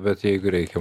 bet jeigu reikia